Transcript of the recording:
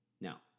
Now